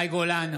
מאי גולן,